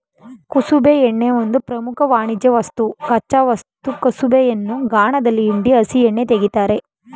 ಕುಸುಬೆ ಎಣ್ಣೆ ಒಂದು ಪ್ರಮುಖ ವಾಣಿಜ್ಯವಸ್ತು ಕಚ್ಚಾ ಕುಸುಬೆಯನ್ನು ಗಾಣದಲ್ಲಿ ಹಿಂಡಿ ಹಸಿ ಎಣ್ಣೆ ತೆಗಿತಾರೆ